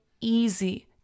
easy